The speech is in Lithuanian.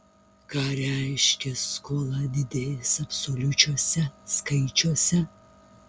ką reiškia skola didės absoliučiuose skaičiuose